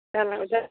जागोन दे